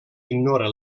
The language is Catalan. ignora